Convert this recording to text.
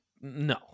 No